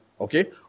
okay